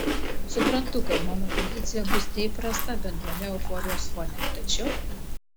suprantu kad mano pozicija bus neįprasta bendrame euforijos fone tačiau